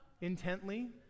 intently